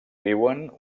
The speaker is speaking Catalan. viuen